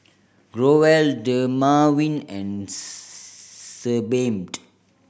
Growell Dermaveen and Sebamed